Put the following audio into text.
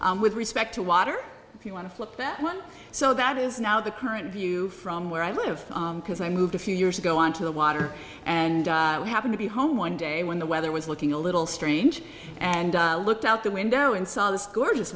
me with respect to water if you want to flip that one so that is now the current view from where i live because i moved a few years ago onto the water and happened to be home one day when the weather was looking a little strange and looked out the window and saw this gorgeous